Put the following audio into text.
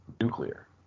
nuclear